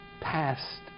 past